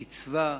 קצבה,